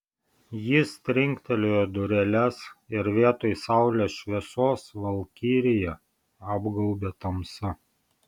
jis trinktelėjo dureles ir vietoj saulės šviesos valkiriją apgaubė tamsa